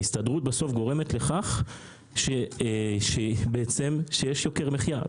ההסתדרות בסוף גורמת לכך שיש יוקר מחייה.